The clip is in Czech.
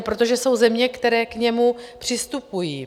Protože jsou země, které k němu přistupují.